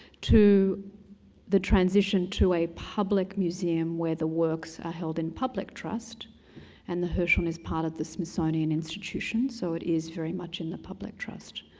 to the transition to a public museum where the works are held in public trust and the hirshhorn is part of the smithsonian institution so it is very much in the public trust.